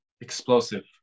explosive